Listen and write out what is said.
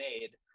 made